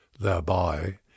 thereby